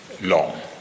long